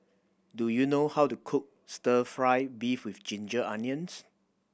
do you know how to cook Stir Fry beef with ginger onions